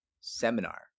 seminar